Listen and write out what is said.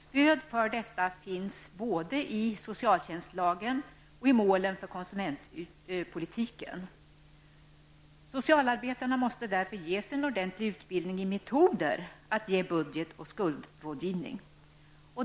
Stöd för detta finns både i socialtjänstlagen och i målen för konsumentpolitiken. Socialarbetarna måste därför ges en ordentlig utbildning i metoder att ge budget och skuldrådgivning.